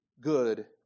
good